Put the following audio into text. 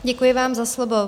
Děkuji vám za slovo.